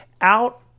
out